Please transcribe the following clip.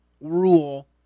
rule